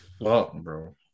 bro